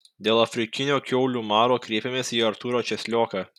dėl afrikinio kiaulių maro kreipėmės į artūrą česlioką